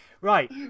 Right